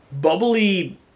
bubbly